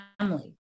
family